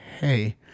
hey